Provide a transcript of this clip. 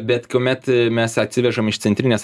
bet kuomet mes atsivežam iš centrinės